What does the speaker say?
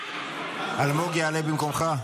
אלמוג יעלה במקומך?